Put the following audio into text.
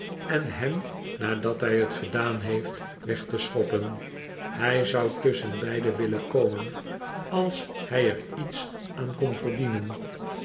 en hem nadat bij t gedaan heeft weg te schoppen hij zou tusschen beiden willen komen als hij er iets aan kon verdienen